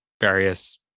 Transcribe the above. various